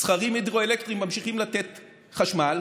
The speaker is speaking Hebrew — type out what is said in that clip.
סכרים הידרו-אלקטריים ממשיכים לתת חשמל,